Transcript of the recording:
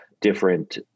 different